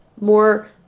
more